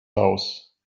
house